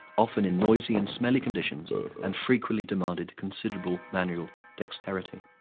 often in noisy and smelly conditions and frequently demanded considerable manual dexterity.